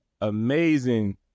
amazing